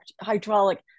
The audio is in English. hydraulic